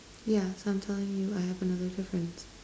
yeah so I'm telling you I have another difference